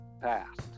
past